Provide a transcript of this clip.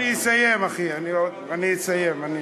אני אסיים, אחי, אני אסיים.